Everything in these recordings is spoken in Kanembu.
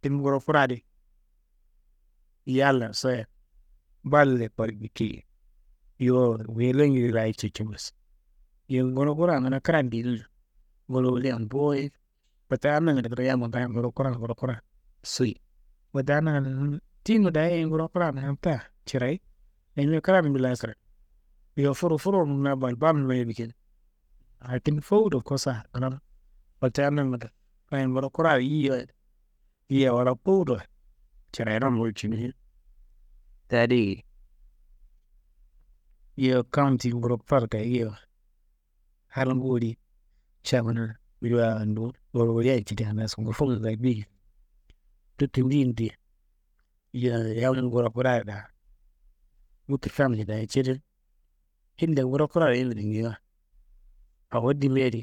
Ti- n nguro kura adi, yalla soyiya bal- ye kodu bikeyei, yowo velongede laa- ye cecewosi. Yowo nguro kuran kuna kra diyena nguro wolian boye, wote adi nangando, yamma ngaayo nguro kura, nguro kura soyi, wote adi nangando «hesitation» tiyinuma dayiye nguro kuran nanta cirayi, ayimia kranum laa- ye kranimi, yowo foroforowunum laa- ye balbalnum laa- ye bikenimi, lakin fowuda kosa nglanu. Wote adi nangando kayi nguro kuraro yiyi wayi, yiyia wala fowuda carayinaro walcinu, wote adi geyi. Yowo kam ti nguro kuraro ngayiwa, halngu woli ca kuna yuwo ndu nguro wolian jidia ngaaso ngufunga ngaayo duyine, dutu ndeyeyin duyin? Yowo yam nguro kuraya daa utur kammbe daa cedenu, ille nguro kuraro yimina geyiwa awo dimi adi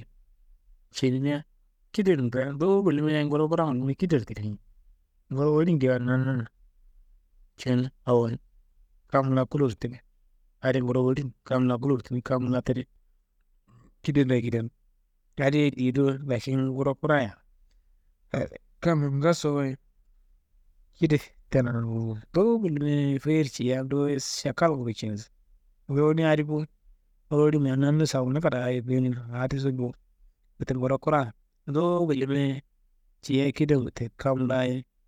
cinimia kida kunndoro duwu wullimiaye, nguro kura n fandimia tidi rimi, nguro woli n geyiwa nanuna cinu awanu, kam laa kuloro tide, adi nguro woli n kam laa kuloro timi, kam laa tide kida laa kidenu, adiye diye do, lakin ngurayan kamma ngaaso ye kide tenanga ngufu wo, duwu wullimia ye feyiyer ciya, duwu ye šakalnguro casi, duwumia ye adi bowo, kam woli ma nannu samana kadaa yukuyinuwa aa adiso bowo. Wote nguro kuran, duwu wullimia ye ciya kidangu te kam laa- ye.